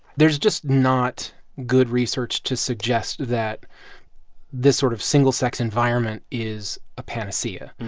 there's just not good research to suggest that this sort of single-sex environment is a panacea.